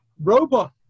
robot